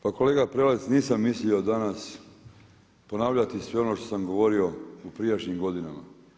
Pa kolega Prelec, nisam mislio danas ponavljati sve ono što sam govorio u prijašnjim godinama.